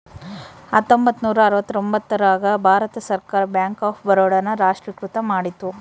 ಹತ್ತೊಂಬತ್ತ ನೂರ ಅರವತ್ತರ್ತೊಂಬತ್ತ್ ರಾಗ ಭಾರತ ಸರ್ಕಾರ ಬ್ಯಾಂಕ್ ಆಫ್ ಬರೋಡ ನ ರಾಷ್ಟ್ರೀಕೃತ ಮಾಡಿತು